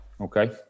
okay